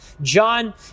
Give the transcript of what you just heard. John